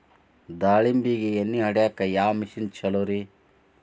ದಾಳಿಂಬಿಗೆ ಎಣ್ಣಿ ಹೊಡಿಯಾಕ ಯಾವ ಮಿಷನ್ ಛಲೋರಿ?